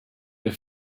der